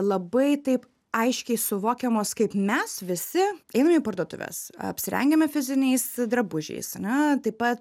labai taip aiškiai suvokiamos kaip mes visi einam į parduotuves apsirengiame fiziniais drabužiais ane taip pat